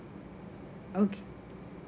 okay